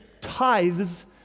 tithes